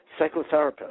psychotherapist